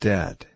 Dead